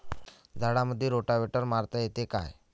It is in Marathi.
झाडामंदी रोटावेटर मारता येतो काय?